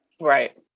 Right